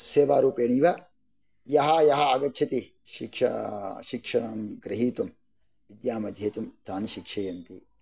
सेवारूपेणैव याः याः आगच्छति शिक्षणं ग्रहीतुं विद्याम् अध्येतुं तान् शिक्षयन्ति